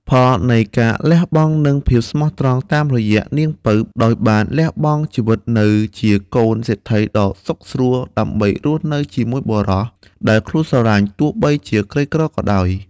ផលនៃការលះបង់និងភាពស្មោះត្រង់តាមរយៈនាងពៅដោយបានលះបង់ជីវិតនៅជាកូនសេដ្ឋីដ៏សុខស្រួលដើម្បីរស់នៅជាមួយបុរសដែលខ្លួនស្រលាញ់ ទោះបីជាក្រីក្រក៏ដោយ។